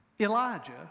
Elijah